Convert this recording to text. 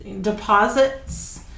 deposits